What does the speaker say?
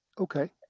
Okay